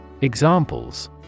Examples